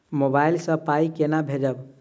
Mobile सँ पाई केना भेजब?